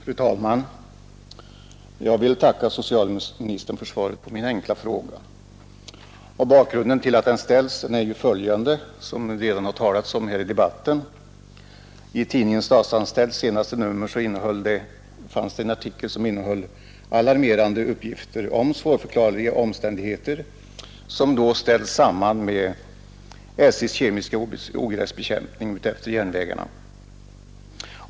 Fru talman! Jag vill tacka socialministern för svaret på min enkla fråga. Bakgrunden till att den ställts är följande förhållande, vilket redan nämnts i debatten. Tidningen Statsanställds senaste nummer innehåller en artikel med alarmerande uppgifter om svårförklarliga omständigheter som ställts samman med SJ:s kemiska ogräsbekämpning utefter järnvägarna.